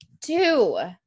Two